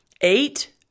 Eight